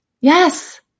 Yes